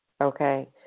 Okay